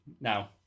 Now